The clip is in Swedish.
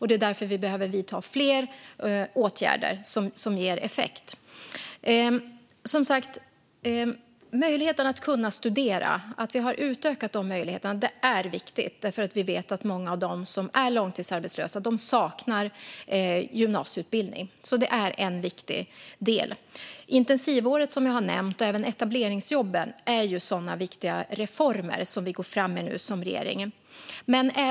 Det är därför vi behöver vidta fler åtgärder som ger effekt. Att vi har utökat möjligheterna att studera är som sagt viktigt. Vi vet att många av dem som är långtidsarbetslösa saknar gymnasieutbildning, så det är en viktig del. Där är intensivåret, som jag har nämnt, och även etableringsjobben viktiga reformer som regeringen nu går fram med.